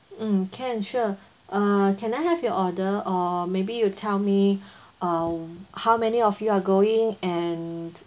mm can sure uh can I have your order or maybe you tell me uh how many of you are going and